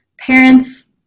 parents